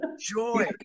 Joy